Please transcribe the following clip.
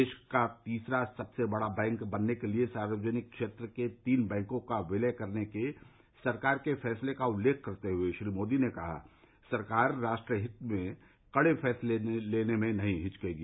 देश का तीसरा सबसे बड़ा बैंक बनाने के लिए सार्वजनिक क्षेत्र के तीन बैंकों का विलय करने के सरकार के फैसले का उल्लेख करते हुए श्री मोदी ने कहा कि सरकार राष्ट्रहित में कड़े फैसले लेने में नहीं हिचकेगी